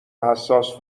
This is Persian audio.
حساس